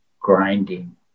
grinding